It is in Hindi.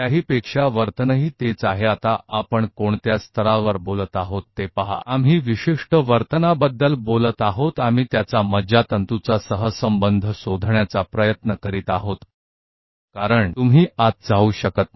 इससे अधिक यह है कि व्यवहार भी समान है अब हम देखते हैं कि हम किस स्तर पर बात कर रहे हैं हम कुछ निश्चित व्यवहार की बात कर रहे हैं हम इसके बारे में न्यूरल कॉरिलेशन अर्थात तंत्रिका सम्ब खोजने की कोशिश कर रहे हैं क्योंकि आप इसमें रह नहीं सकते